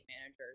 managers